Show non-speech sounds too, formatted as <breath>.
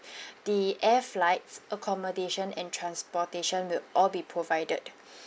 <breath> the air flights accommodation and transportation will all be provided